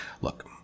Look